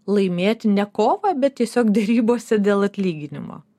laimėti ne kovą bet tiesiog derybose dėl atlyginimo